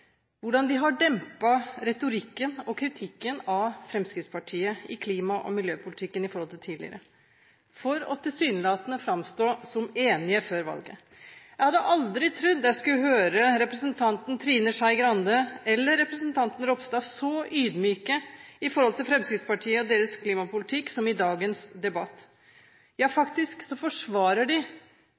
hvordan de har dempet retorikken og kritikken av Fremskrittspartiet i klima- og miljøpolitikken i forhold til tidligere, for tilsynelatende å framstå som enige før valget. Jeg hadde aldri trodd jeg skulle høre representanten Trine Skei Grande, eller representanten Ropstad, så ydmyke i forhold til Fremskrittspartiet og deres klimapolitikk som i dagens debatt. Ja, de forsvarer faktisk